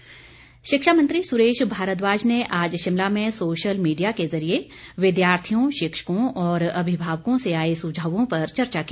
भारद्वाज शिक्षा मंत्री सुरेश भारद्वाज ने आज शिमला में सोशल मीडिया के ज़रिए विद्यार्थियों शिक्षकों और अभिभावकों से आए सुझावों पर चर्चा की